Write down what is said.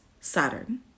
Saturn